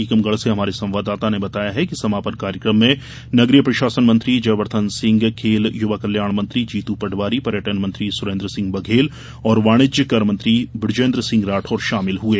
टीकमगढ़ र्से हमारे संवाददाता ने बताया है कि समापन कार्यक्रम में नगरीय प्रशासन मंत्री जयवर्धन सिंह खेल युवा कल्याण मंत्री जीतू पटवरी पर्यटन मंत्री सुरेन्द्र सिंह बघेल और वाणिज्य कर मंत्री बृजेन्द्र सिंह राठौर शामिल हुऐ